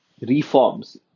reforms